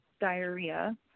diarrhea